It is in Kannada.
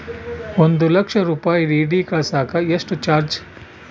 ಒಂದು ಲಕ್ಷ ರೂಪಾಯಿ ಡಿ.ಡಿ ಕಳಸಾಕ ಎಷ್ಟು ಚಾರ್ಜ್?